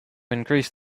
increase